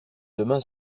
demain